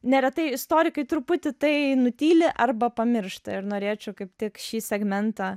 neretai istorikai truputį tai nutyli arba pamiršta ir norėčiau kaip tik šį segmentą